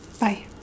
Bye